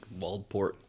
Waldport